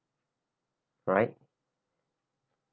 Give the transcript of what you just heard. right